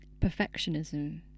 perfectionism